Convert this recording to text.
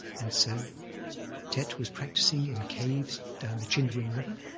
and so thet was practicing in caves down the chindwin river,